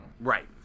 Right